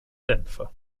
dämpfer